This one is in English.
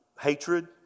hatred